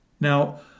Now